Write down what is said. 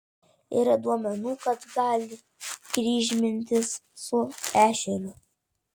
yra duomenų kad gali kryžmintis su ešeriu